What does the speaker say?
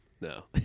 No